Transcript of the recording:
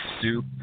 soup